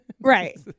Right